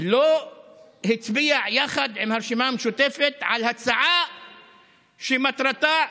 לא הצביע יחד עם הרשימה המשותפת על הצעה שמטרתה,